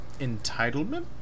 entitlement